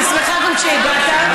אני שמחה גם שהגעת.